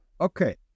okay